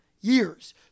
years